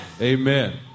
Amen